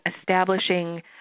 establishing